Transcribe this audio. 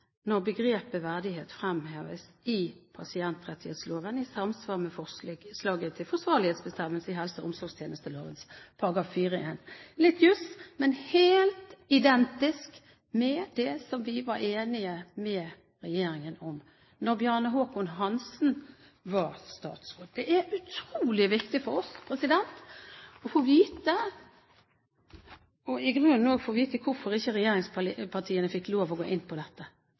når begrepet «verdighet» fremheves i pasientrettighetsloven i samsvar med forslaget til forsvarlighetsbestemmelser i helse- og omsorgstjenesteloven § 4-1. Litt jus, men helt identisk med det som vi var enige med regjeringen om da Bjarne Håkon Hanssen var statsråd. Det er utrolig viktig for oss å få vite hvorfor ikke regjeringspartiene fikk lov til å gå inn på dette.